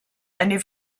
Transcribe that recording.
eine